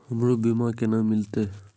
हमरो बीमा केना मिलते?